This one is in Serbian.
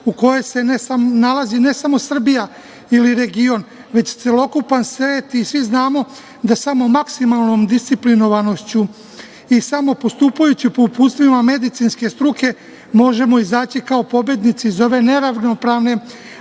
u kojoj se nalazi ne samo Srbija ili region, već celokupan svet i svi znamo da samo maksimalnom disciplinovanošću i samo postupajući po uputstvima medicinske struke možemo izaći kao pobednici iz ove neravnopravne,